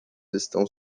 estão